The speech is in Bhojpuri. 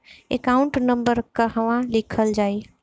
एकाउंट नंबर कहवा लिखल जाइ?